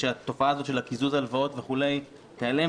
שהתופעה הזאת של קיזוז הלוואות וכו' תיעלם,